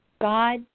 God